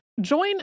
Join